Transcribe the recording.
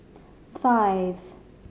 five